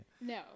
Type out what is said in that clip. No